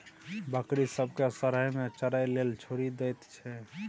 बकरी सब केँ सरेह मे चरय लेल छोड़ि दैत छै